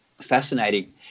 fascinating